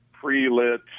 pre-lit